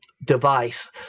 device